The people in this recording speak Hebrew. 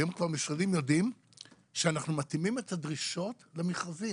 היום כבר משרדים יודעים שאנחנו מתאימים את הדרישות למשרד